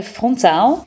Frontaal